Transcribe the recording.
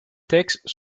textes